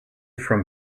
from